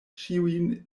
ĉiujn